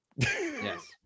Yes